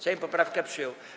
Sejm poprawkę przyjął.